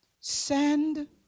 send